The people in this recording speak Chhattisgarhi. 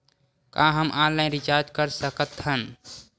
का हम ऑनलाइन रिचार्ज कर सकत हन?